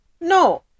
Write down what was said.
no